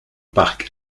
parc